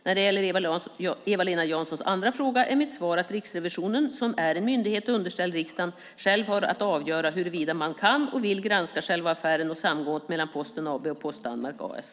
När det gäller Eva-Lena Janssons andra fråga är mitt svar att Riksrevisionen, som är en myndighet underställd riksdagen, själv har att avgöra huruvida man kan och vill granska själva affären och samgåendet mellan Posten AB och Post Danmark A/S.